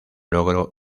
logro